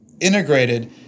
integrated